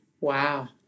Wow